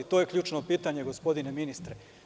To je ključno pitanje, gospodine ministre.